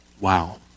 Wow